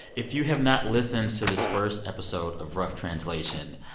if you have not listened to this first episode of rough translation,